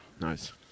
Nice